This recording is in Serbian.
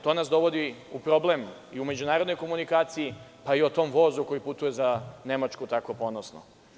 To nas dovodi u problem i u međunarodnoj komunikaciji, pa i o tom vozu koji putuje za Nemačku tako ponosno.